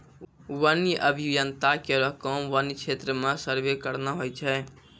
वन्य अभियंता केरो काम वन्य क्षेत्र म सर्वे करना होय छै